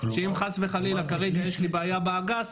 שאם חס וחלילה יש לי כרגע בעיה באגס,